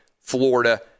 Florida